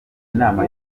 inama